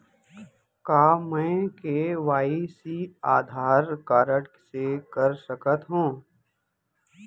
का मैं KYC Aadhaar card से कर सकत हो?